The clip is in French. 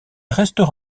restera